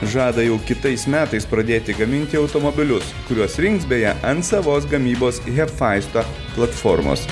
žada jau kitais metais pradėti gaminti automobilius kuriuos rinks beje ant savos gamybos hefaisto platformos